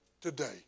today